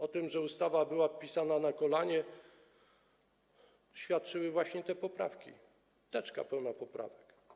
O tym, że ustawa była pisana na kolanie, świadczyły właśnie te poprawki, teczka pełna poprawek.